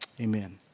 Amen